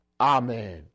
Amen